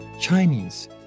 Chinese